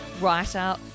writer